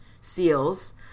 seals